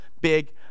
big